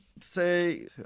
say